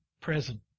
present